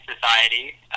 Society